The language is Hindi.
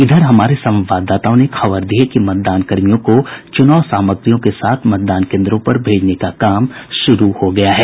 इधर हमारे संवाददाताओं ने खबर दी है कि मतदानकर्मियों को चुनाव सामग्रियों के साथ मतदान केन्द्रों पर भेजने का काम शुरू हो गया है